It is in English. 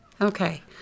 Okay